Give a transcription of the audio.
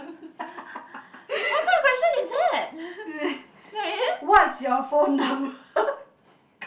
what kind of question is that